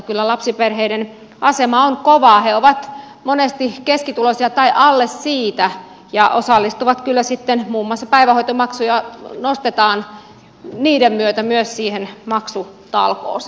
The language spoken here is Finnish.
kyllä lapsiperheiden asema on kova he ovat monesti keskituloisia tai alle sen ja kun muun muassa päivähoitomaksuja nostetaan he osallistuvat kyllä sitten niiden myötä myös siihen maksutalkooseen